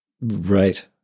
Right